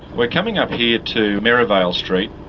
we're coming up here to merivale st.